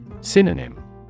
Synonym